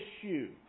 issue